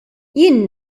jien